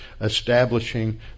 establishing